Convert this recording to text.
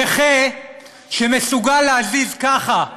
נכה שמסוגל להזיז ככה,